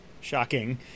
Shocking